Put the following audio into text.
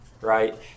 right